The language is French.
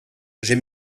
j’ai